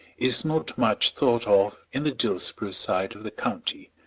is not much thought of in the dillsborough side of the county,